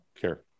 care